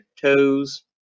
toes